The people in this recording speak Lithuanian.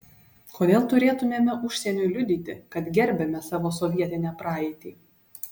kodėl turėtumėme užsieniui liudyti kad gerbiame savo sovietinę praeitį